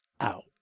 out